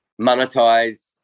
monetize